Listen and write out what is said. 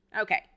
Okay